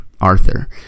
Arthur